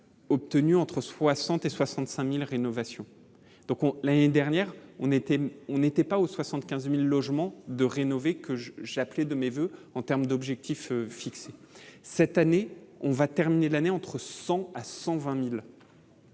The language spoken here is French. Obtenu entre 60 et 65000 rénovations, donc on l'année dernière on était, on était pas au 75000 logements de rénover que j'appelais de mes voeux en termes d'objectifs fixés cette année on va terminer l'année entre 100 à 120000.